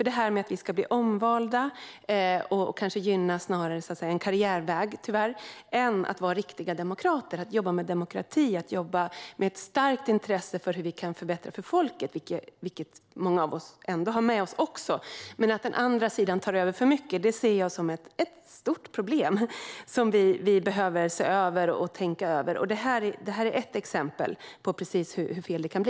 Det här med att vi ska bli omvalda gynnar kanske snarare en karriärväg, tyvärr, än det gynnar att vara riktiga demokrater - att jobba med demokrati och med ett starkt intresse för hur vi kan förbättra för folket. Många av oss har ändå med oss det också, men att den andra sidan tar över för mycket ser jag som ett stort problem som vi behöver se över och tänka över. Det här är ett exempel på precis hur fel det kan bli.